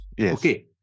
okay